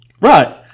right